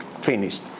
Finished